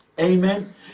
Amen